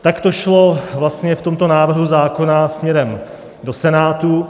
Tak to šlo vlastně v tomto návrhu zákona směrem do Senátu.